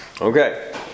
Okay